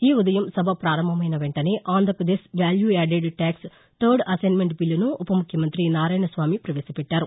ఈ ఉదయం సభ ప్రారంభమైన వెంటనే Andhra Pradesh value added tax third assignment బిల్లును ఉపముఖ్యమంతి నారాయణస్వామి పవేశపెట్లారు